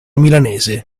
milanese